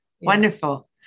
wonderful